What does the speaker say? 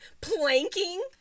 Planking